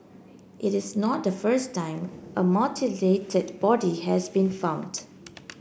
it is not the first time a mutilated body has been found